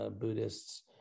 Buddhists